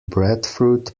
breadfruit